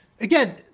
again